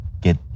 get